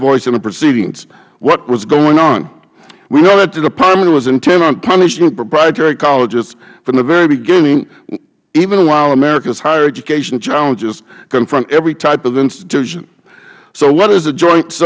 voice in the proceedings what was going on we know that the department was intent on punishing proprietary colleges from the very beginning even while america's higher education challenges confront every type of institution so what is the joint